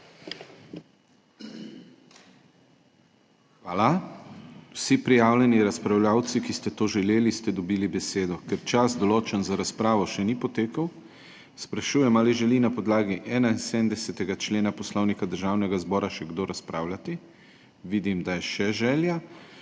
Hvala. Vsi prijavljeni razpravljavci, ki ste to želeli, ste dobili besedo. Ker čas, določen za razpravo, še ni potekel, sprašujem, ali želi na podlagi 71. člena Poslovnika Državnega zbora še kdo razpravljati. Vidim, da je še želja.